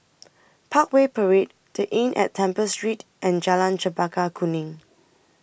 Parkway Parade The Inn At Temple Street and Jalan Chempaka Kuning